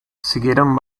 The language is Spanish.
siguieron